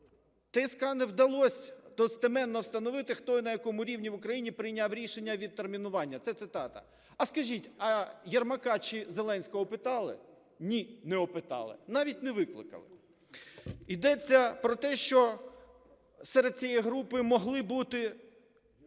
ТСК не вдалось достеменно встановити, хто і на якому рівні в Україні прийняв рішення відтермінування (це цитата). А скажіть, а Єрмака чи Зеленського опитали? Ні, не опитали, навіть не викликали. Йдеться про те, що серед цієї групи могли бути